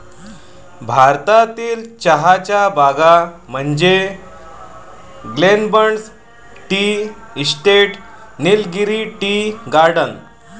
भारतातील चहाच्या बागा म्हणजे Glenburn tea estate, Nilgiri tea garden